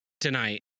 tonight